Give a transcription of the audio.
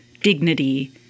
dignity